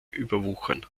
überwuchern